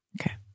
Okay